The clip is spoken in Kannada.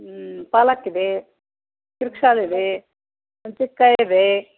ಪಾಲಕ್ ಇದೆ ಕಿರಿಕ್ಸಾಲ್ ಇದೆ ಹುಣ್ಸೆಕ್ಕಾಯ್ ಇದೆ